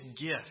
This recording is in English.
gift